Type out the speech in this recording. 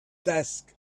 desk